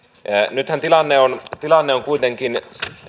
nythän tilanne on tilanne on kuitenkin